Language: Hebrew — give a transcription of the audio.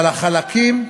אבל החלקים,